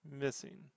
Missing